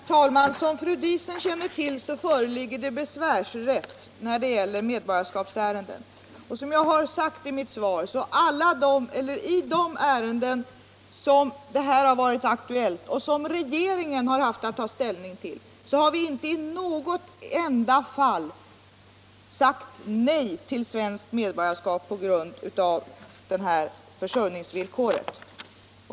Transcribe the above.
Herr talman! Som fru Diesen känner till föreligger besvärsrätt när det gäller medborgarskapsärenden. Som framgår av svaret har regeringen inte i något av de ärenden som har varit aktuella sagt nej till svenskt medborgarskap på grund av försörjningsvillkoret.